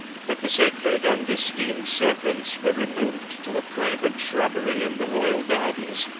but the sacred and esteemed serpents were removed to a private shrubbery in the royal gardens,